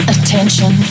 Attention